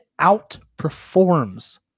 outperforms